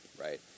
right